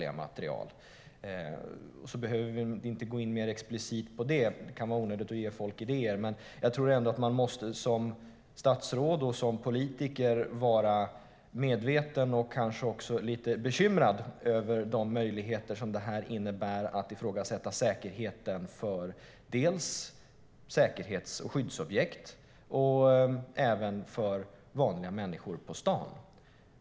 Vi behöver inte gå in mer explicit på detta, för det kan vara onödigt att ge folk idéer. Jag tror dock ändå att man som statsråd och politiker måste vara medveten om och kanske också bekymrad över de möjligheter som detta innebär att ifrågasätta säkerheten dels för skyddsobjekt, dels för vanliga människor på stan.